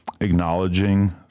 acknowledging